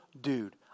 dude